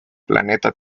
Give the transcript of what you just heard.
planeta